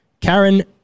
karen